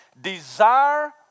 Desire